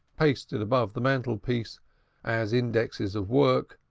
pasted above the mantelpiece as indexes of work